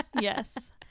Yes